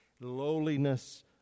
Lowliness